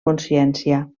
consciència